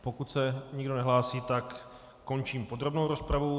Pokud se nikdo nehlásí, tak končím podrobnou rozpravu.